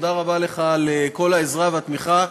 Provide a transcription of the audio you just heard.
תודה רבה לך על כל העזרה והתמיכה.